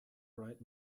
bright